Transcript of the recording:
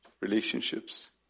relationships